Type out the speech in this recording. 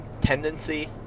tendency